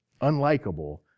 unlikable